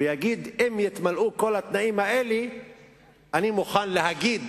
ויגיד: אם יתמלאו כל התנאים האלה אני מוכן להגיד